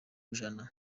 ijana